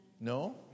No